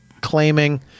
claiming